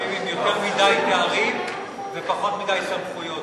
שמסתובבים עם יותר מדי תארים ופחות מדי סמכויות.